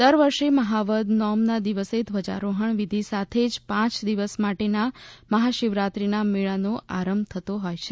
દર વર્ષે મહા વદ નોમના દિવસે ધ્વજારોહણ વિધિ સાથે જ પાંચ દિવસ માટેના મહાશિવરાત્રીના મેળાનો આરંભ થતો હોય છે